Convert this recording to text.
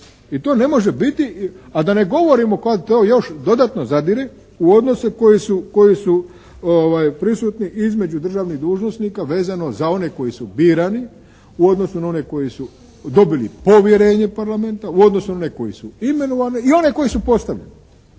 i to ne može biti a da ne govorimo to kako još dodatno zadire u odnose koji su prisutni između državnih dužnosnika vezano za one koji su birane u odnosu na one koji su dobili povjerenje Parlamenta, u odnosu na one koji su imenovani i one koji su postavljeni.